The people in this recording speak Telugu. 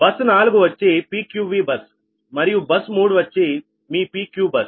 బస్ 4 వచ్చి PQVబస్ మరియు బస్ 3 వచ్చి మీ PQ బస్